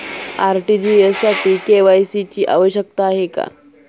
RTGS साठी KYC ची आवश्यकता आहे का?